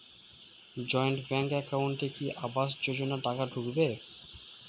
Joint bank একাউন্টে কি আবাস যোজনা টাকা ঢুকবে?